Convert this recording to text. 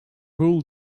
rule